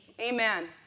Amen